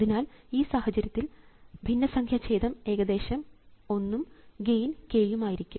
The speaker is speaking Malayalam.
അതിനാൽ ഈ സാഹചര്യത്തിൽ ഭിന്നസംഖ്യാഛേദം ഏകദേശം ഒന്നും ഗെയിൻ k യും ആയിരിക്കും